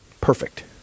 perfect